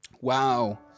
Wow